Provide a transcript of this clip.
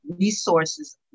resources